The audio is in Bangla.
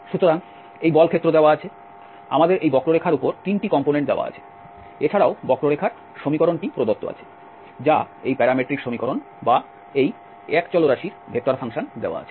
সুতরাং এই বল ক্ষেত্র দেওয়া আছে আমাদের এই বক্ররেখার উপর 3 টি কম্পোনেন্ট দেওয়া আছে এছাড়াও বক্ররেখার সমীকরণ প্রদত্ত আছে যা এই প্যারামেট্রিক সমীকরণ বা এই একক চলরাশির ভেক্টর ফাংশন দেওয়া আছে